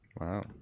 Wow